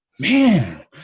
Man